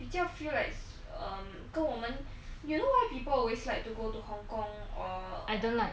比较 feel like um 跟我们 you know why people always like to go to hong kong or I don't like